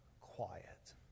quiet